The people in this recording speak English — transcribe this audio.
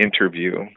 interview